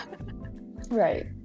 Right